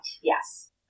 yes